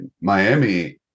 miami